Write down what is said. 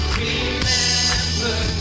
remember